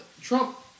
Trump